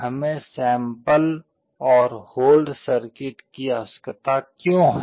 हमें सैंपल और hold circuit की आवश्यकता क्यों है